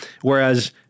whereas